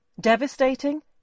Devastating